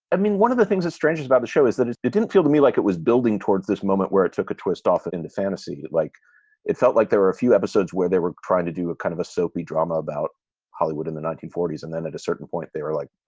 i mean, one of the things that strange things about the show is that it it didn't feel to me like it was building towards this moment where it took a twist off into fantasy, like it felt like there were a few episodes where they were trying to do a kind of a soapy drama about hollywood in the nineteen forty s. and then at a certain point, they were like.